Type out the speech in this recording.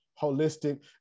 holistic